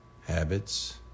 Habits